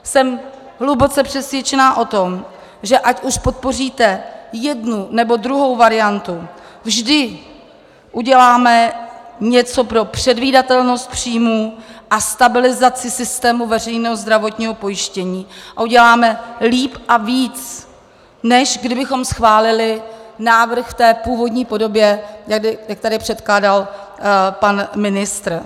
Jsem hluboce přesvědčena o tom, že ať už podpoříte jednu, nebo druhou variantu, vždy uděláme něco pro předvídatelnost příjmů a stabilizaci systému veřejného zdravotního pojištění a uděláme líp a víc, než kdybychom schválili návrh v té původní podobě, jak tady předkládal pan ministr.